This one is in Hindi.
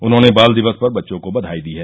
उन्होंने बाल दिवस पर बच्चों को बधाई दी है